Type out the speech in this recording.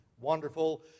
wonderful